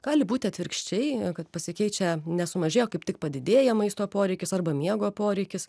gali būti atvirkščiai kad pasikeičia nesumažėja o kaip tik padidėja maisto poreikis arba miego poreikis